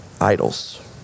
Idols